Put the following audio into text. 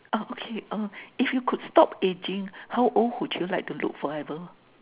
ah okay uh if you could stop ageing how old would you like to look forever